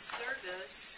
service